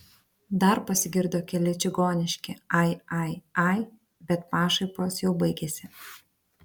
dar pasigirdo keli čigoniški ai ai ai bet pašaipos jau baigėsi